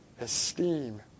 Esteem